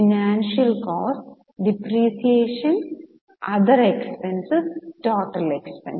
financial cost depreciation മറ്റു expense total expense